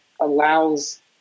allows –